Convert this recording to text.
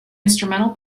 instrumental